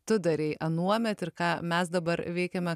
tu darei anuomet ir ką mes dabar veikiame